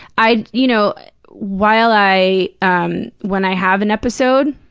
i'd you know while i um when i have an episode,